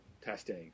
testing